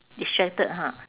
distracted ha